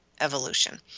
evolution